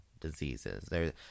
diseases